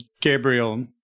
Gabriel